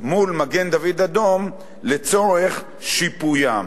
מול מגן-דוד-אדום לצורך שיפוים.